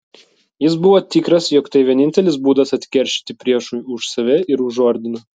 jis buvo tikras jog tai vienintelis būdas atkeršyti priešui už save ir už ordiną